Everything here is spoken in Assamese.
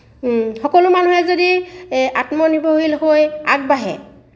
সকলো মানুহে যদি আত্মনিৰ্ভৰশীল হৈ আগবাঢ়ে